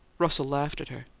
russell laughed at her.